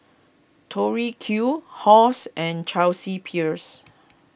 Tori Q Halls and Chelsea Peers